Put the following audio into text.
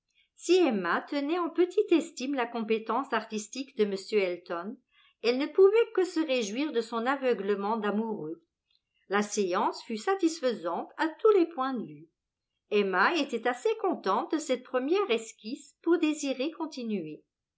si emma tenait en petite estime la compétence artistique de m elton elle ne pouvait que se réjouir de son aveuglement d'amoureux la séance fut satisfaisante à tous les points de vue emma était assez contente de cette première esquisse pour désirer continuer